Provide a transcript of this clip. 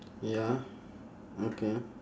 ya okay